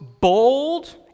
bold